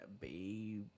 baby